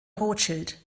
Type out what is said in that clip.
rothschild